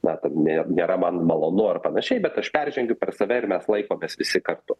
na ten nė nėra man malonu ar panašiai bet aš peržengiu per save ir mes laikomės visi kartu